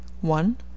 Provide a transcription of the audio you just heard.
one